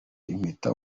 impeta